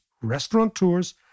restaurateurs